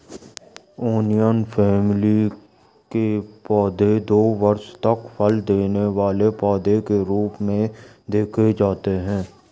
onion family के पौधे दो वर्ष तक फल देने वाले पौधे के रूप में देखे जाते हैं